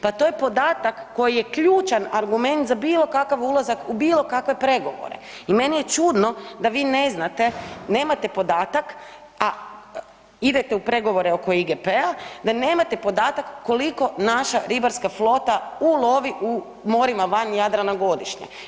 Pa to je podatak koji je ključan argument za bilo kakav ulazak u bilo kakve pregovore i meni je čudno da vi ne znate, nemate podatak, a idete u pregovore oko IGP-a, da nemate podatak koliko naša ribarska flota ulovi u morima van Jadrana godišnje.